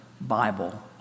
Bible